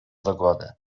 zagładę